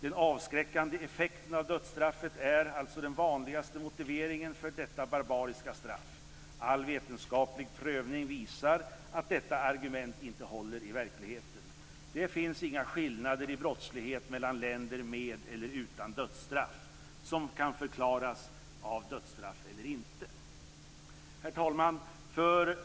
Den avskräckande effekten av dödsstraffet är alltså den vanligaste motiveringen för detta barbariska straff. All vetenskaplig prövning visar att detta argument inte håller i verkligheten. Det finns inga skillnader i brottslighet mellan länder med och länder utan dödsstraff som kan förklaras av dödsstraff eller inte. Herr talman!